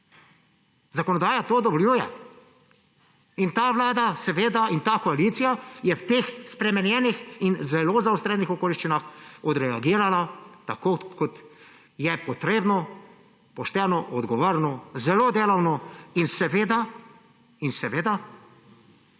Zakonodaja to dovoljuje. Ta vlada in ta koalicija sta v teh spremenjenih in zelo zaostrenih okoliščinah odreagirali tako, kot je potrebno: pošteno, odgovorno, zelo delovno. Seveda niti